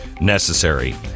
necessary